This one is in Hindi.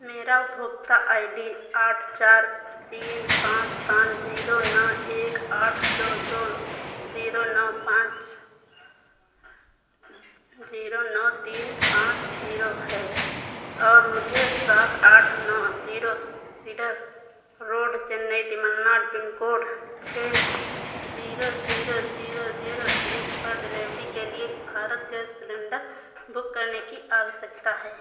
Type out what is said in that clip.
मेरा उपभोक्ता आई डी आठ चार तीन पाँच पाँच जीरो नौ एक आठ दो दो जीरो नौ पाँच जीरो नौ तीन पाँच जीरो है और मुझे सात आठ नौ zero cedar road Chennai Tamil Nadu pin code छः जीरो जीरो जीरो जीरो एक पर डिलेवरी के लिए भारत गैस सिलेन्डर बुक करने की आवश्यकता है